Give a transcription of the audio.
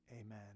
Amen